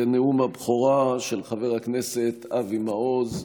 לנאום הבכורה של חבר הכנסת אבי מעוז.